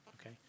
okay